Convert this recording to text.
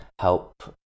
help